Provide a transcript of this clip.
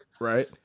Right